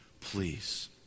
Please